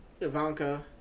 Ivanka